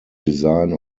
design